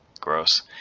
gross